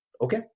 okay